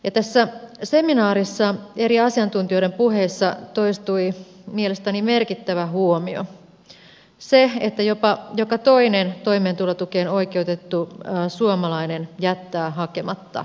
tässä seminaarissa eri asiantuntijoiden puheissa toistui mielestäni merkittävä huomio se että jopa joka toinen toimeentulotukeen oikeutettu suomalainen jättää hakematta toimeentulotukea